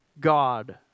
God